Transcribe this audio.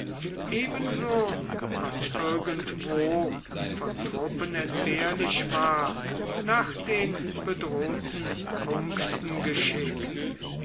ebenso was irgendwo von truppen entbehrlich war nach den bedrohten punkten geschickt